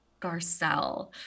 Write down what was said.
Garcelle